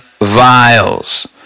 vials